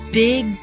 big